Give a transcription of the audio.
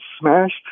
smashed